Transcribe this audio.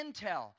intel